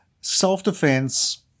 self-defense